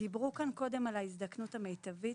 דיברו כאן קודם על הזדקנות מיטבית.